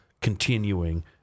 continuing